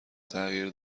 تغییر